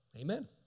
Amen